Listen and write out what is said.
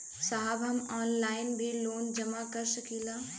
साहब हम ऑनलाइन भी लोन जमा कर सकीला?